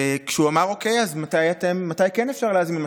וכשהוא אמר: אוקיי, אז מתי כן אפשר להזמין?